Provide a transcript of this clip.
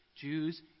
Jews